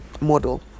model